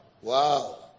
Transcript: wow